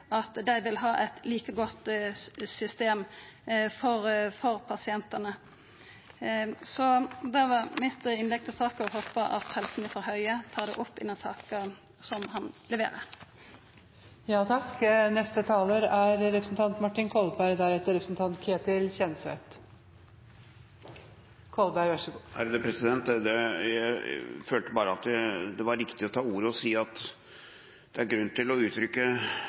at dei vil ha eit like godt system for pasientane? Det var mitt innlegg i saka. Eg håpar at helseminister Høie tar det med seg i den saka han leverer. Jeg følte det var riktig å ta ordet og si at det er grunn til å uttrykke